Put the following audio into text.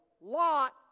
lot